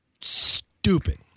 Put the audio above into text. stupid